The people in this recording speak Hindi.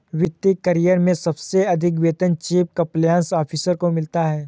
वित्त करियर में सबसे अधिक वेतन चीफ कंप्लायंस ऑफिसर को मिलता है